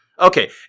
Okay